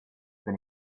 then